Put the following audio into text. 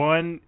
One